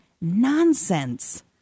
nonsense